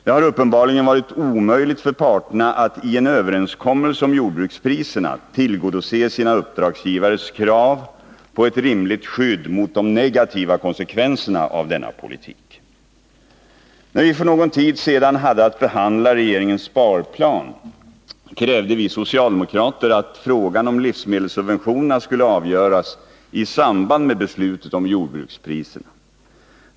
Det har uppenbarligen varit omöjligt för parterna att i en överenskommelse om jordbrukspriserna tillgodose sina uppdragsgivares krav på ett rimligt skydd mot de negativa konsekvenserna av denna politik. När vi för någon tid sedan hade att behandla regeringens sparplan, krävde vi socialdemokrater att frågan om livsmedelssubventionerna skulle avgöras i samband med beslutet om jordbrukspriserna.